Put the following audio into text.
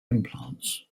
implants